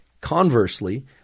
Conversely